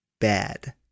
bad